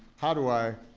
how do i